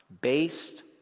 based